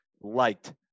liked